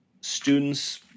students